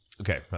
Okay